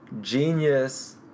genius